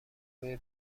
روی